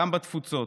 גם בתפוצות.